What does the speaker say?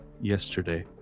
yesterday